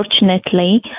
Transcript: unfortunately